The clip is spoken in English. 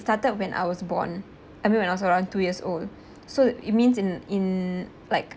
started when I was born I mean when I was around two years old so it means in in like